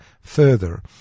further